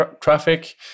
traffic